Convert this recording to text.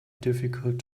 difficult